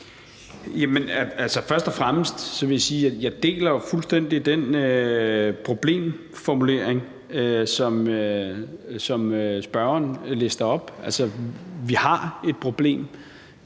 Først og fremmest vil jeg sige, at jeg jo fuldstændig deler den problemformulering, som spørgeren lister op. Vi har i alle